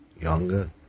Younger